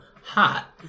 hot